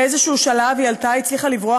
בשלב כלשהו היא הצליחה לברוח,